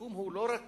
שיקום לא רק